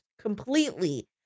completely